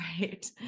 Right